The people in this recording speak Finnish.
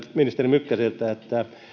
ministeri mykkäseltä